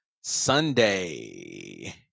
Sunday